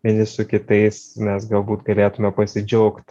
vieni su kitais mes galbūt galėtume pasidžiaugt